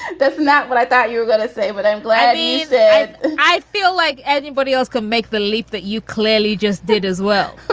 that's not what i thought you were gonna say. but i'm glad that i feel like everybody else can make the leap that you clearly just did as well.